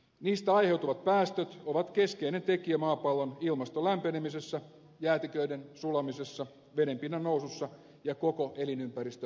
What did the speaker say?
niistä aiheutuvat päästöt ovat keskeinen tekijä maapallon ilmaston lämpenemisessä jäätiköiden sulamisessa vedenpinnan nousussa ja koko elinympäristömme muutoksessa